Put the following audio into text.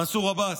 מנסור עבאס,